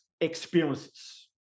experiences